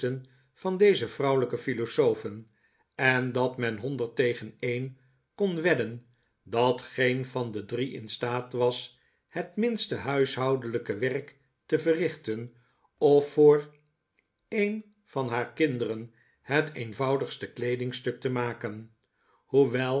van deze vrouwelijke philosofen en dat men honderd tegen een kon wedden dat geen van de drie in staat was het minste huishoudelijke werk te verrichten of voor een van haar kinderen het eenvoudigste kleedingstuk te maken